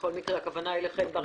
בכל מקרה, הכוונה היא לחן בר-יוסף.